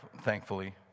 thankfully